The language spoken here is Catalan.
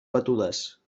batudes